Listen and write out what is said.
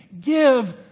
give